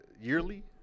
yearly